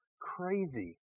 crazy